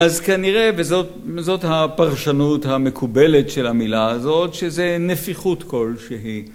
‫אז כנראה, וזאת הפרשנות ‫המקובלת של המילה הזאת, ‫שזה נפיחות כלשהי.